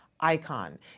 icon